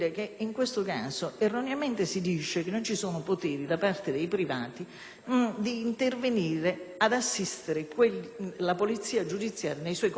ad assistere la polizia giudiziaria nei suoi compiti istituzionali; basti pensare che per alcune fattispecie è obbligatorio nel nostro ordinamento denunziare